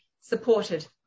supported